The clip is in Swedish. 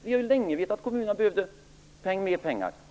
Vi har länge vetat att kommunerna behöver mer pengar.